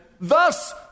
thus